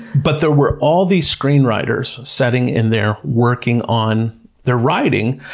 but there were all these screenwriters sitting in there working on their writing,